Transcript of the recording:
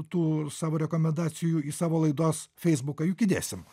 tų savo rekomendacijų į savo laidos feisbuką juk įdėsim